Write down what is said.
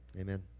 Amen